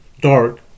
dark